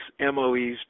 MOEs